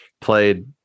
played